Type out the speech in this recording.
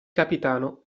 capitano